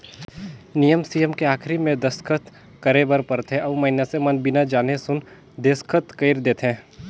नियम सियम के आखरी मे दस्खत करे बर परथे अउ मइनसे मन बिना जाने सुन देसखत कइर देंथे